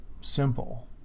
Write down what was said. simple